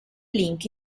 link